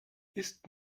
ist